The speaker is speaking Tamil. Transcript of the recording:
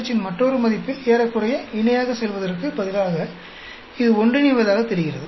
pH இன் மற்றொரு மதிப்பில் ஏறக்குறைய இணையாகச் செல்வதற்குப் பதிலாக இது ஒன்றிணைவதாகத் தெரிகிறது